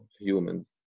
humans